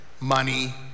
Money